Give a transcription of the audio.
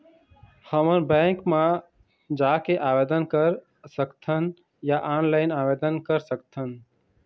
हमन बैंक मा जाके आवेदन कर सकथन या ऑनलाइन आवेदन कर सकथन?